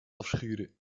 afschuren